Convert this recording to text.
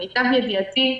למיטב ידיעתי,